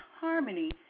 harmony